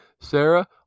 Sarah